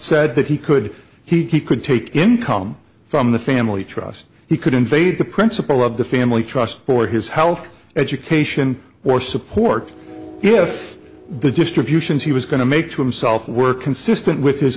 said that he could he could take income from the family trust he could invade the principal of the family trust for his health education or support if the distributions he was going to make to himself were consistent with his